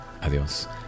Adiós